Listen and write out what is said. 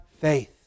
faith